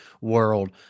world